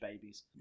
babies